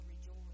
rejoice